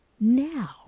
now